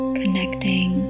connecting